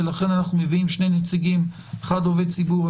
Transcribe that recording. לכן אנחנו מביאים שני נציגים - אחד עובד ציבור,